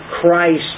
Christ